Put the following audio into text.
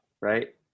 Right